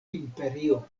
imperio